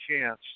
chance